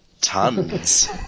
tons